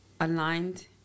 aligned